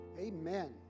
Amen